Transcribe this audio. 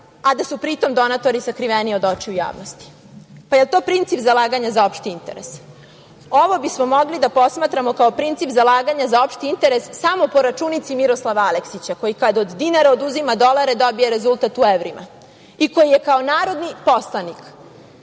a da su pri tom donatori sakriveni od očiju javnosti. Da li je to princip zalaganja za opšti interes? Ovo bismo mogli da posmatramo kao princip zalaganja za opšti interes samo po računici Miroslava Aleksića koji kad od dinara oduzima dolare dobije rezultat u evrima i koji je kao narodni poslanik